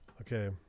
Okay